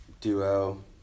Duo